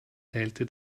teilte